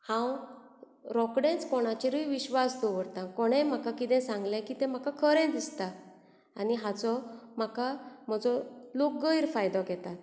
हांव रोखडेंच कोणाचेरुय विश्वास दवरतां कोणेंय म्हाका कितें सांगलें की तें म्हाका खरें दिसतां आनी हाचो म्हाका म्हजो लोक गैरफायदो घेता